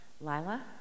Lila